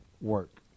work